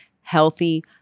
healthy